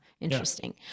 Interesting